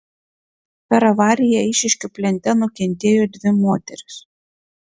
per avariją eišiškių plente nukentėjo dvi moterys